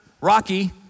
Rocky